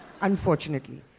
unfortunately